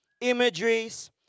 imageries